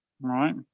right